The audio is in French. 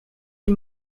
des